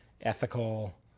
ethical